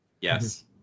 Yes